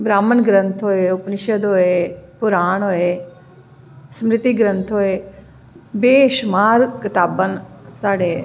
ब्रह्म ग्रंथ होऐ उपनिशद होऐ पुराण होई स्मृति ग्रंथ होऐ बेशुमार कताबां न साढ़े